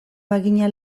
bagina